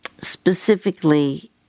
Specifically